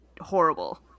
horrible